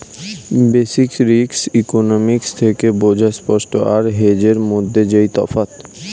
basic risk economics থেকে বোঝা spot আর হেজের মধ্যে যেই তফাৎ